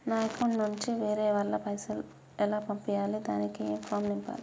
నా అకౌంట్ నుంచి వేరే వాళ్ళకు పైసలు ఎలా పంపియ్యాలి దానికి ఏ ఫామ్ నింపాలి?